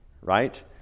right